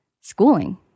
schooling